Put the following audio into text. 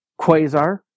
Quasar